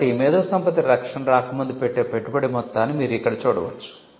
కాబట్టి మేధోసంపత్తి రక్షణ రాకముందు పెట్టే పెట్టుబడి మొత్తాన్ని మీరు ఇక్కడ చూడవచ్చు